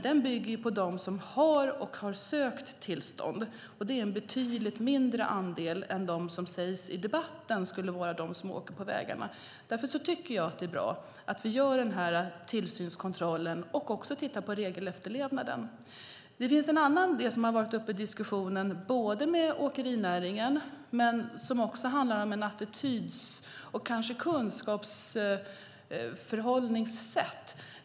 Den bygger på dem som har sökt och som har tillstånd, och det är en betydligt mindre andel än de som i debatten sägs åka på vägarna. Därför tycker jag att det är bra att vi gör den här tillsynskontrollen och tittar på regelefterlevnaden. Det finns en annan idé som har varit uppe i diskussionen, bland annat med åkerinäringen, och den handlar om ett attityd och kunskapsförhållningssätt.